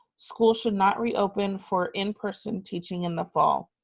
schools should not reopen for in-person teaching in the fall.